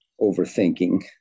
overthinking